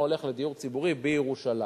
הולך לדיור הציבורי בירושלים.